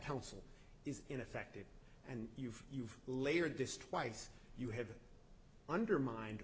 counsel is ineffective and you've you've layered this twice you have undermined